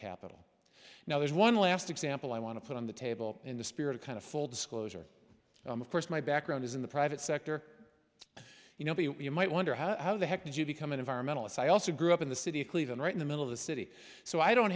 capital now there's one last example i want to put on the table in the spirit of kind of full disclosure of course my background is in the private sector you know you might wonder how the heck did you become an environmentalist i also grew up in the city of cleveland right in the middle of the city so i don't